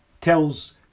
tells